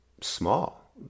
small